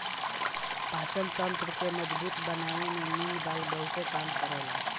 पाचन तंत्र के मजबूत बनावे में मुंग दाल बहुते काम करेला